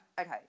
okay